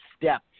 step